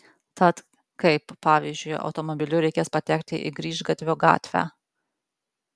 tad kaip pavyzdžiui automobiliu reikės patekti į grįžgatvio gatvę